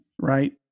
right